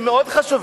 שהם מאוד חשובים,